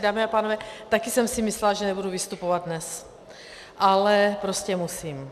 Dámy a pánové, také jsem si myslela, že nebudu vystupovat dnes, ale prostě musím.